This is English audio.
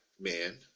man